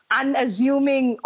unassuming